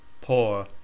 poor